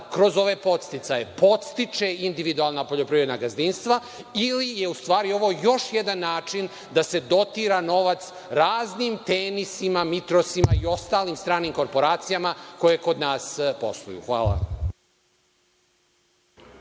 kroz ove podsticaje podstiče individualna poljoprivredna gazdinstva, ili je u stvari ovo još jedan način da se dotira novac raznim „Tenisima“, „Mitrosima“, i ostalim stranim korporacima koje kod nas posluju. Hvala.